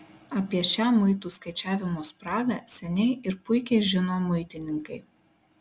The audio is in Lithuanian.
apie šią muitų skaičiavimo spragą seniai ir puikiai žino muitininkai